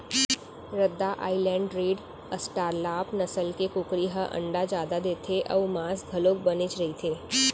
रद्दा island red, australorp नसल के कुकरी ह अंडा जादा देथे अउ मांस घलोक बनेच रहिथे